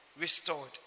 restored